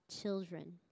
children